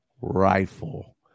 rifle